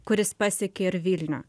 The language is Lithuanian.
kuris pasiekė ir vilnių